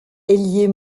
ailier